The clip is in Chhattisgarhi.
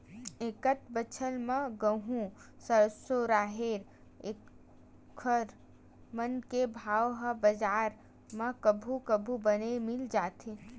एकत बछर म गहूँ, सरसो, राहेर एखर मन के भाव ह बजार म कभू कभू बने मिल जाथे